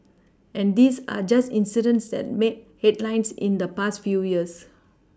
and these are just incidents that made headlines in the past few years